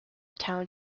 town